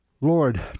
Lord